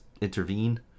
intervene